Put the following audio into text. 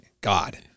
God